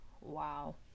wow